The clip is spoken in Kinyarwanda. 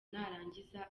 narangiza